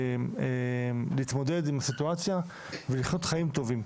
להתמודד עם הסיטואציה ולחיות חיים טובים.